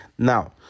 Now